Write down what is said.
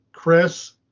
Chris